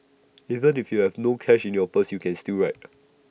even if you have no cash in your purse you can still ride